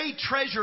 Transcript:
treasure